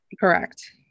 Correct